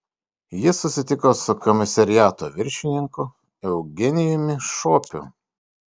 jis susitiko su komisariato viršininku eugenijumi šopiu